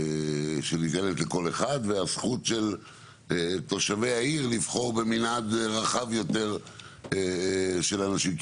שניתנת לכל אחד והזכות של תושבי העיר לבחור במנעד רחב יותר של אנשים.